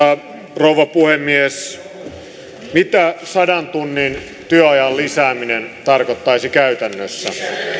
rouva puhemies mitä sadan tunnin työajan lisääminen tarkoittaisi käytännössä